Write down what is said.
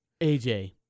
AJ